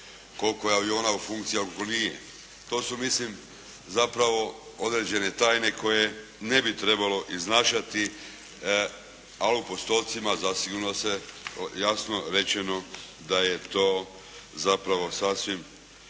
koliko je aviona u funkciji a koliko nije. To su, mislim, zapravo određene tajne koje ne bi trebalo iznašati, ali u postotcima zasigurno da se jasno rečeno da je to zapravo sasvim